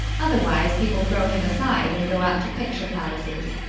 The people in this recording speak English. otherwise, people throw him aside and go out to picture palaces.